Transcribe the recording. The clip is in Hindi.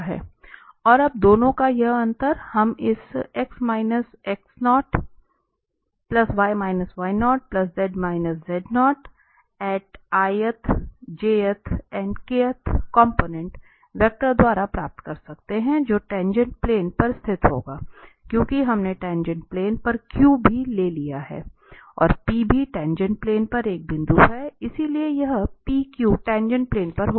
और अब दोनों का यह अंतर हम इस वेक्टर द्वारा प्राप्त कर सकते हैं जो टाँगेँट प्लेन पर स्थित होगा क्योंकि हमने टाँगेँट प्लेन पर Q भी ले लिया है और P भी टाँगेँट प्लेन पर एक बिंदु है इसलिए यह PQ टाँगेँट प्लेन पर होगा